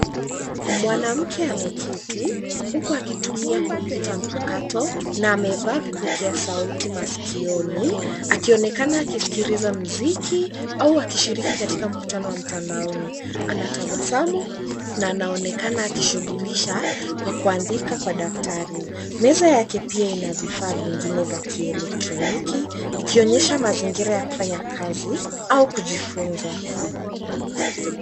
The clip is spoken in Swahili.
Mwanamke ameketi huku akitumia kompyuta mpakato na amevaa vipokea sauti masikioni, akionekana akisikiliza muziki au akishiriki katika mkutano wa mtandaoni. Anatabasamu na anaonekana akishughulisha kwa kuandika kwa daftari. Meza yake pia ina vifaa vingine vya kielektroniki, ikionyesha mazingira ya kufanya kazi au kujifunza.